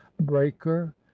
breaker